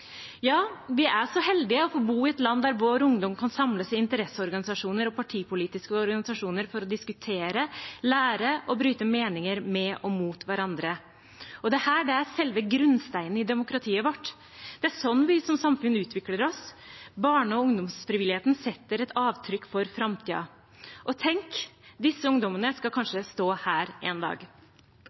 Ja, vi er så heldige å få bo i et land der vår ungdom kan samles i interesseorganisasjoner og partipolitiske organisasjoner for å diskutere, lære og bryte meninger med og mot hverandre. Dette er selve grunnsteinen i demokratiet vårt. Det er slik vi som samfunn utvikler oss. Barne- og ungdomsfrivilligheten setter et avtrykk for framtiden. Og tenk – disse ungdommene skal kanskje stå her en dag!